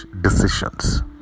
decisions